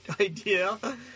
idea